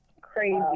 Crazy